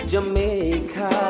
Jamaica